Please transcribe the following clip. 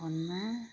फोनमा